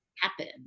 happen